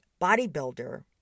bodybuilder